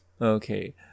Okay